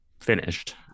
finished